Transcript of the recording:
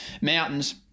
mountains